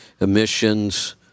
emissions